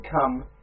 come